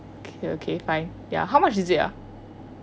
okay okay fine ya how much is it ah